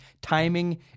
Timing